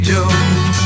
Joe